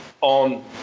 on